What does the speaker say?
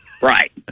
Right